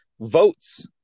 votes